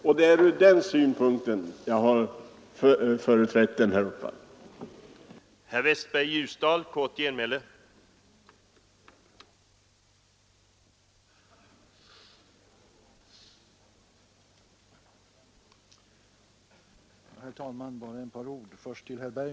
Detta är skälet till att jag har företrätt den här uppfattningen.